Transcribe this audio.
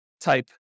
type